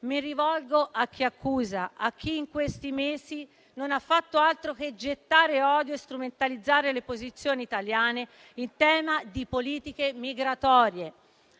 Mi rivolgo a chi accusa, a chi in questi mesi non ha fatto altro che gettare odio e strumentalizzare le posizioni italiane in tema di politiche migratorie: